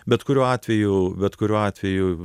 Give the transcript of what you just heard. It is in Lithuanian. bet kuriuo atveju bet kuriuo atveju